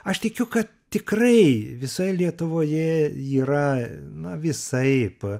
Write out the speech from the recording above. aš tikiu kad tikrai visoje lietuvoje yra na visaip